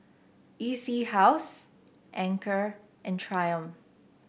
E C House Anchor and Triumph